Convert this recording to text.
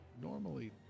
normally